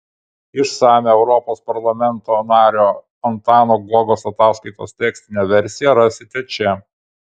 išsamią europos parlamento nario antano guogos ataskaitos tekstinę versiją rasite čia